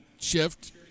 shift